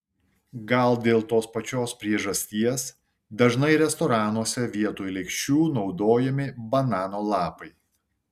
gal dėl tos pačios priežasties dažnai restoranuose vietoj lėkščių naudojami banano lapai